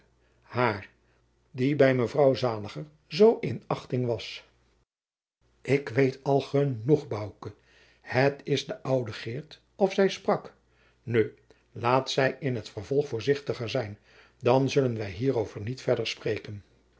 haar die bij mevrouw zaliger zoo in achting was ik weet al genoeg bouke het is de oude geert of zij sprak nu laat zij in t vervolg voorzichtiger zijn dan zullen wij hierover niet verder spreken